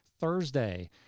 Thursday